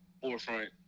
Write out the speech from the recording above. forefront